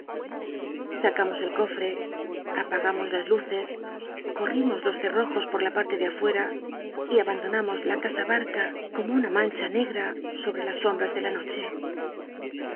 sacamos el cofc apagamos las luces corrimos los cerrojos por la parte de afuera y abandonamos la casa barca como una mancha negra sobtc las sombras de la noche